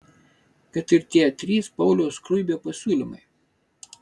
kad ir tie trys pauliaus skruibio pasiūlymai